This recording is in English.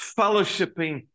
fellowshipping